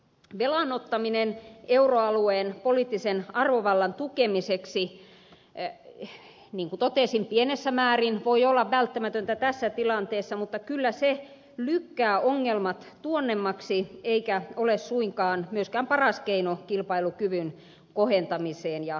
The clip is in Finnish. velan ottaminen euroalueen poliittisen arvovallan tukemiseksi niin kuin totesin pienessä määrin voi olla välttämätöntä tässä tilanteessa mutta kyllä se lykkää ongelmat tuonnemmaksi eikä ole suinkaan myöskään paras keino kilpailukyvyn kohentamiseen ja varmistamiseen